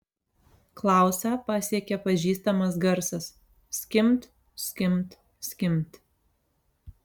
klausą pasiekė pažįstamas garsas skimbt skimbt skimbt